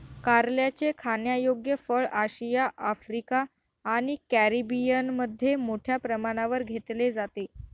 कारल्याचे खाण्यायोग्य फळ आशिया, आफ्रिका आणि कॅरिबियनमध्ये मोठ्या प्रमाणावर घेतले जाते